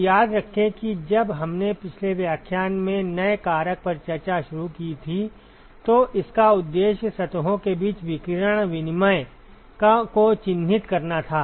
तो याद रखें कि जब हमने पिछले व्याख्यान में नए कारक पर चर्चा शुरू की थी तो इसका उद्देश्य सतहों के बीच विकिरण विनिमय को चिह्नित करना था